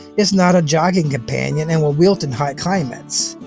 it's not a jogging companion and will wilt in hot climates.